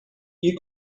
you